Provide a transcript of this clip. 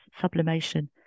sublimation